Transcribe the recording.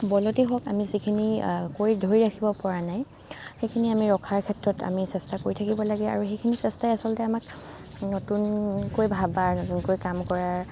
বলতেই হওক আমি যিখিনি কৰি ধৰি ৰাখিব পৰা নাই সেইখিনি আমি ৰখাৰ ক্ষেত্ৰত আমি চেষ্টা কৰি থাকিব লাগে আৰু সেইখিনি চেষ্টাই আচলতে আমাক নতুনকৈ ভবাৰ নতুনকৈ কাম কৰাৰ